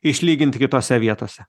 išlygint kitose vietose